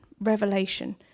revelation